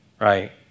right